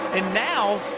and now,